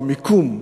במיקום,